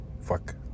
Fuck